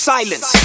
Silence